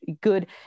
good